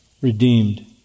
redeemed